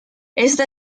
esta